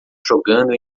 jogando